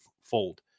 fold